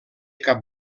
cap